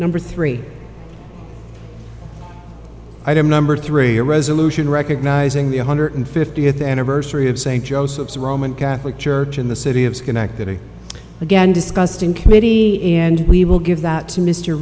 number three item number three a resolution recognizing the one hundred fifty at the anniversary of st joseph's roman catholic church in the city of schenectady again discussed in committee and we will give that to mr